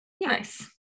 nice